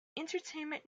entertainment